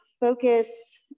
focus